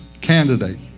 candidate